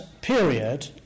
period